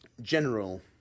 general